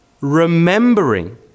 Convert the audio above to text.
remembering